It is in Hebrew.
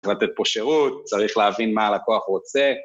‫לתת פה שירות, ‫צריך להבין מה הלקוח רוצה.